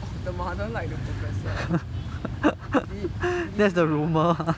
the mother like the professor uh is it really meh